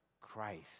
Christ